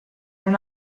non